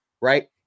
right